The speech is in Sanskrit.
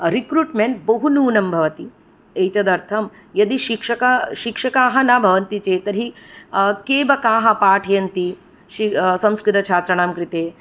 रिकृट्मेन्ट् बहु न्यूनं भवति एतदर्थं यदि शिक्षकाः न भवन्ति चेत् तर्हि के व काः पाठयन्ति संस्कृतछात्राणां कृते